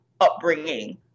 upbringing